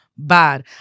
bad